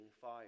fire